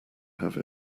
have